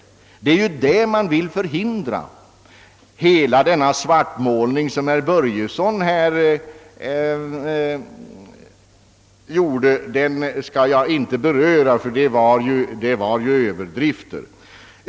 Det är ju detta man vill förhindra. Jag skall inte beröra den svartmålning som herr Börjesson i Falköping här gjorde; vad han sade var ju bara överdrifter.